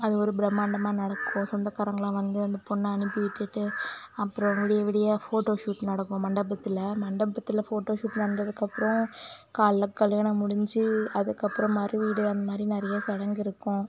அது ஒரு பிரமாண்டமாக நடக்கும் சொந்தக்காரவங்களெல்லாம் வந்து அந்த பொண்ணை அனுப்பி விட்டுவிட்டு அப்புறம் விடிய விடிய ஃபோட்டோ ஷூட் நடக்கும் மண்டபத்தில் மண்டபத்தில் ஃபோட்டோ ஷூட் நடந்ததுக்கப்புறம் காலையில் கல்யாணம் முடிஞ்சு அதுக்கப்புறம் மறு வீடு அந்த மாதிரி நிறைய சடங்கு இருக்கும்